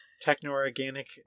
Techno-organic